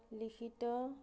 লিখিত